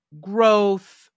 growth